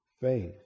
faith